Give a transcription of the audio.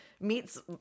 Meets